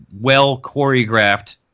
well-choreographed